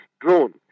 drone